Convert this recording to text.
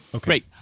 Great